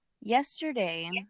yesterday